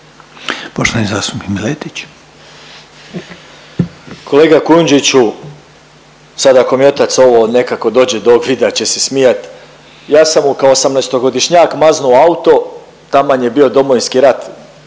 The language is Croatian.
Kolega Kujundžiću, sad ako mi otac ovo nekako dođe do ovog videa će se smijati, ja sam mu kao 18-godišnjak maznuo auto, taman je bio Domovinski rat